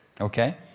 Okay